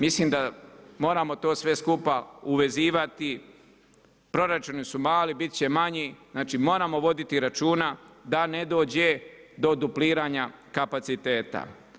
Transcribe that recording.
Mislim da moramo to sve skupa uvezivati, proračuni su mali, biti će manji, znači moramo voditi računa da ne dođe do dupliranja kapaciteta.